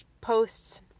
posts